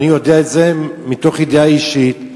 ואני יודע את זה מתוך ידיעה אישית,